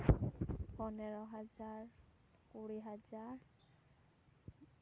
ᱯᱚᱱᱨᱚ ᱦᱟᱡᱟᱨ ᱠᱩᱲᱤ ᱦᱟᱡᱟᱨ